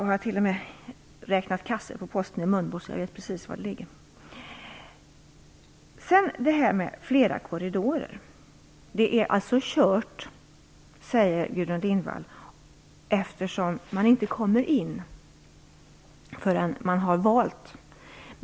Jag har t.o.m. räknat kassor på posten i Mölnbo, så jag vet precis var det ligger. Gudrun Lindvall att det är kört, eftersom man först måste välja alternativ.